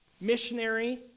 missionary